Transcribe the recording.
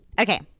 Okay